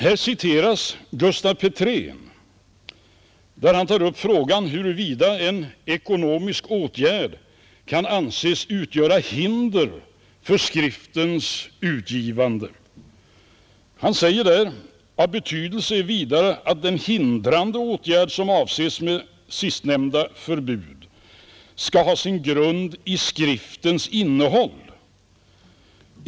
Här citeras också Gustaf Petrén, som tar upp frågan huruvida en ekonomisk åtgärd kan anses utgöra hinder för en skrifts utgivande. Han säger: ”Av betydelse är vidare, att den hindrande åtgärd, som avses med sistnämnda förbud, skall ha sin grund i skriftens innehåll.